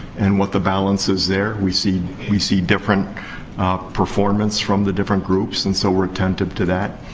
and what the balance is there. we see we see different performance from the different groups. and so, we're attentive to that.